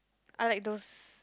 I like those